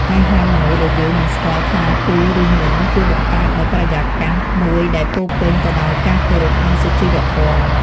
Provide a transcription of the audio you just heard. ការហៅមនុស្សដែលយើងមិនស្គាល់ថាពូឬមីង ជួយបង្កើតនូវបរិយាកាសមួយដែលពោរពេញទៅដោយការគោរពនិងសុជីវធម៌។